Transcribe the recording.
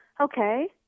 Okay